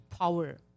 power